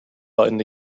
button